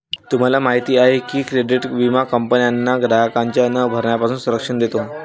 तुम्हाला माहिती आहे का की क्रेडिट विमा कंपन्यांना ग्राहकांच्या न भरण्यापासून संरक्षण देतो